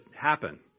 happen